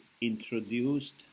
introduced